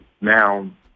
now